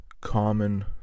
common